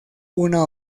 una